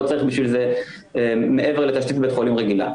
צריך בשביל זה מעבר לתשתית בית חולים רגילה.